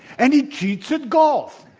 and he cheats at golf.